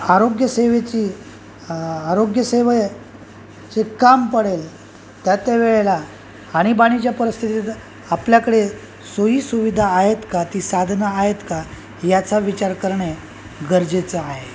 आरोग्यसेवेची आरोग्यसेवेचे जे काम पडेल त्या त्यावेळेला आणीबाणीच्या परिस्थितीत आपल्याकडे सोई सुविधा आहेत का ती साधनं आहेत का याचा विचार करणे गरजेचं आहे